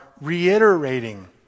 reiterating